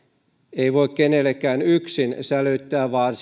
ei voi kenellekään yksin sälyttää vaan